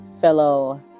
fellow